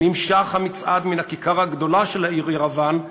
נמשך המצעד מן הכיכר הגדולה של העיר ירוואן,